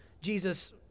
Jesus